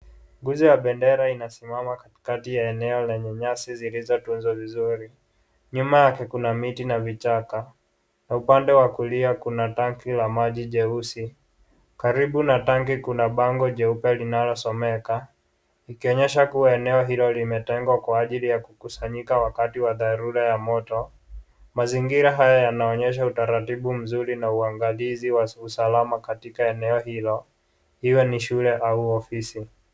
Nguzo ya bendera inasimama katikati ya eneo lenye nyasi zilizotunzwa vizuri. Nyuma yake kuna miti na vichaka na upande wa kulia kuna tanki la majijeusi. Karibu na tanki kuna bango jeupe linalosomeka ikionyesha kuwa eneo hilo limetengwa kwa ajili ya kukusanyika wakati wa dharura ya moto. Mazingira haya yanaonyesha utaratibu mzuri na uanaglizi wa usalama katika eneo hilo, iwe ni shule au ofisi.